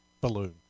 balloon